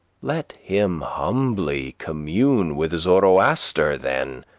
let him humbly commune with zoroaster then,